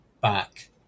back